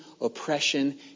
oppression